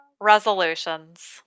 resolutions